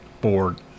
board